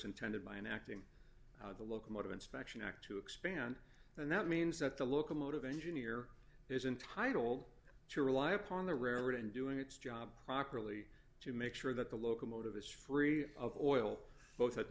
intended by enacting the locomotive inspection act to expand and that means that the locomotive engineer is entitled to rely upon the railroad in doing its job properly to make sure that the locomotive is free of oil both at the